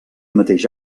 mateix